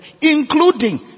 including